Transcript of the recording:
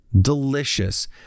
Delicious